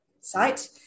site